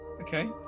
Okay